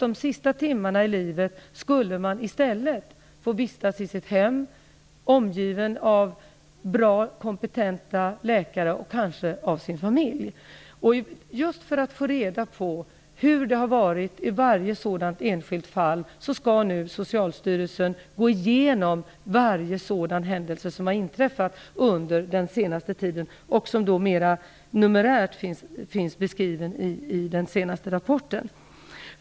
De sista timmarna i livet skulle man kanske i stället få vistas i sitt hem omgiven av bra och kompetenta läkare och kanske av sin familj. Just för att få reda på hur det har varit i varje sådant enskilt fall skall nu Socialstyrelsen gå igenom varje sådan händelse som har inträffat under den senaste tiden och som mer numerärt finns beskriven i den senaste rapporten.